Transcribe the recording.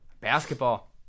Basketball